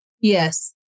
Yes